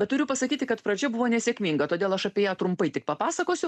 bet turiu pasakyti kad pradžia buvo nesėkminga todėl aš apie ją trumpai tik papasakosiu